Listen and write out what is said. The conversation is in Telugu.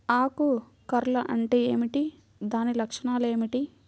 ఆకు కర్ల్ అంటే ఏమిటి? దాని లక్షణాలు ఏమిటి?